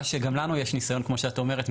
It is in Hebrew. מה שגם לנו יש ניסיון כמו שאת אומרת,